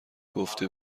گفته